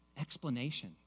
explanation